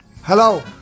Hello